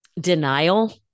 denial